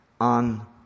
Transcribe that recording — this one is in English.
on